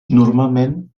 normalment